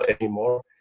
anymore